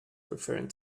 referring